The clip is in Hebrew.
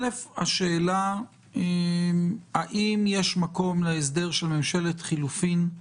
השאלה האם יש מקום להסדר של ממשלת חילופים היא